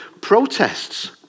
protests